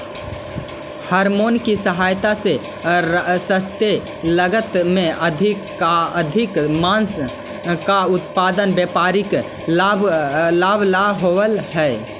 hormone की सहायता से सस्ते लागत में अधिकाधिक माँस का उत्पादन व्यापारिक लाभ ला होवअ हई